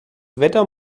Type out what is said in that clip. wetter